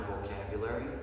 vocabulary